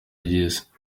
ry’isi